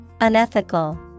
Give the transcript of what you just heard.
Unethical